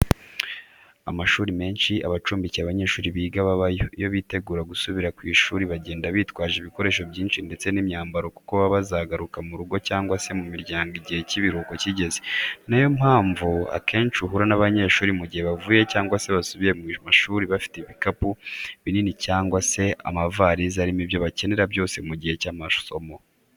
Amashuri menshi aba acumbikiye abanyeshuri biga babayo iyo bitegura gusubira ku ishuri bagenda bitwaje ibikoresho byinshi ndetse n'imyambaro kuko baba bazagaruka mu rugo cyangwa se mu miryango igihe cy'ibiruhuko kigeze. Ni na yo mpamvu akenshi uhura n'abanyeshuri mu gihe bavuye cyangwa se basubiye ku ishuri baba bafite ibikapu binini cyangwa se amavarize arimo ibyo bakenera byose mu gihe cy'amasomo.